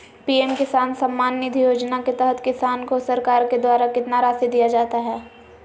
PM किसान सम्मान निधि योजना के तहत किसान को सरकार के द्वारा कितना रासि दिया जाता है?